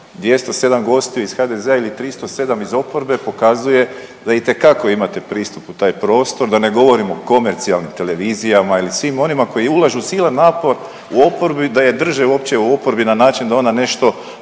207 gostiju iz HDZ-a ili 307 iz oporbe pokazuje da itekako imate pristup u taj prostor, da ne govorimo o komercijalnim televizijama ili svim onima koji ulažu silan napor u oporbi da je drže uopće u oporbi na način da ona nešto